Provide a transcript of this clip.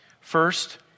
First